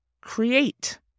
create